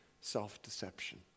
self-deception